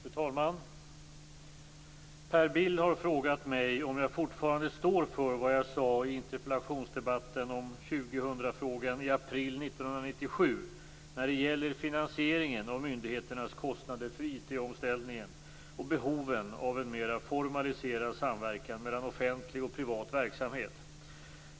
Fru talman! Per Bill har frågat mig om jag fortfarande står för vad jag sade i interpellationsdebatten om 2000-frågan i april 1997 när det gäller finansieringen av myndigheternas kostnader för IT omställningen och behoven av en mera formaliserad samverkan mellan offentlig och privat verksamhet.